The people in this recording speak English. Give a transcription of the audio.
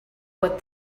what